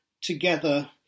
together